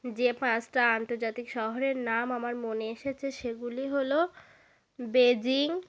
যে পাঁচটা আন্তর্জাতিক শহরের নাম আমার মনে এসেছে সেগুলি হল বেজিং